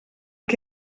qui